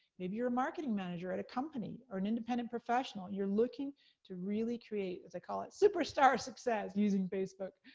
maybe you're a marketing manager at a company, or an independent professional, you're looking to really create, as i call it, super-star success using facebook.